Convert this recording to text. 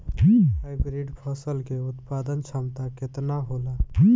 Hybrid फसल क उत्पादन क्षमता केतना होला?